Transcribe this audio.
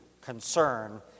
concern